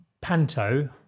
Panto